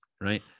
Right